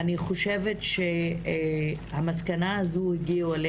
אני חושבת שגם בוויצו הגיעו אל המסקנה הזו,